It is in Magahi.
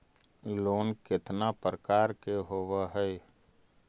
लोन केतना प्रकार के होव हइ?